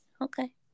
Okay